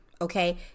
okay